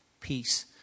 peace